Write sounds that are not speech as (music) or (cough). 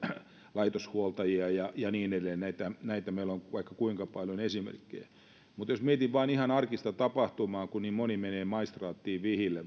laitoshuoltajia ja ja niin edelleen näitä esimerkkejä meillä on vaikka kuinka paljon mutta jos mietin vain ihan arkista tapahtumaa kun niin moni menee maistraattiin vaikka vihille (unintelligible)